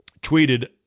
tweeted